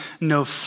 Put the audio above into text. no